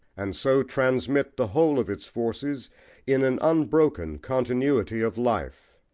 and so transmit the whole of its forces in an unbroken continuity of life.